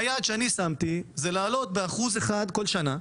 היעד שאני שמתי הוא לעלות ב-1% לפחות בכל שנה,